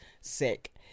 sick